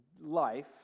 life